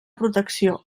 protecció